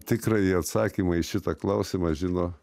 tikrai atsakymą į šitą klausimą žino